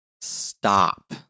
stop